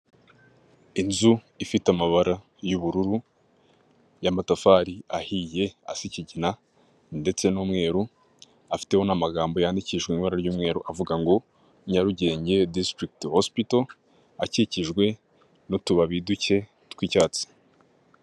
Inzu ifite amabara y'ubururu y'amatafari ahiye asi ikigina ndetse n'umweru afitebona amagambo yandikijwe mu ibara ry'umweru avuga ngo Nyarugenge Disitirigite hosipito akikijwe n'utubabi duke tw'icyatsi.